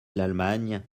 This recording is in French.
l’allemagne